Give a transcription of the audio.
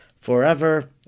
forever